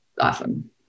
awesome